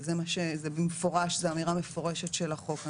זה במפורש, זו אמירה מפורשת של החוק.